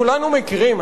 כולנו מכירים,